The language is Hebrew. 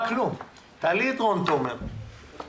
לשמוע את רון תומר בזום.